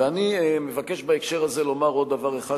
ואני מבקש בהקשר הזה לומר עוד דבר אחד,